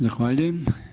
Zahvaljujem.